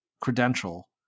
credential